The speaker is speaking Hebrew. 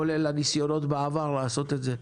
כולל הניסיונות בעבר לעשות את זה,